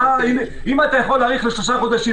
אם אתה יכול להאריך לשלושה חודשים,